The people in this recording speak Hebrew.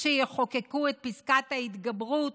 שיחוקקו את פסקת ההתגברות